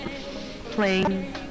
playing